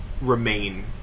remain